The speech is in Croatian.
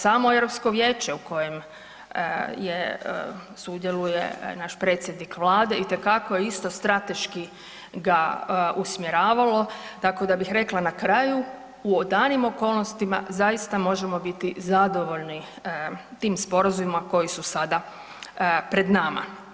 Samo EU Vijeće u kojem je, sudjeluje naš predsjednik Vlade itekako je isto, strateški ga usmjeravalo, tako da bih rekla na kraju, u danim okolnostima, zaista možemo bit zadovoljni tim sporazumima koji su sada pred nama.